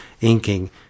inking